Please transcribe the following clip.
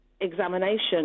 examination